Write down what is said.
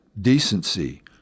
decency